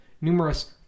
numerous